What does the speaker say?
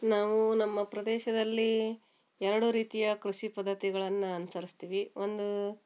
ನಾವು ನಮ್ಮ ಪ್ರದೇಶದಲ್ಲಿ ಎರಡು ರೀತಿಯ ಕೃಷಿ ಪದ್ಧತಿಗಳನ್ನು ಅನುಸರ್ಸ್ತೀವಿ ಒಂದು